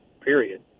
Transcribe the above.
period